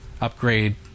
upgrade